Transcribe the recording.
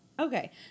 Okay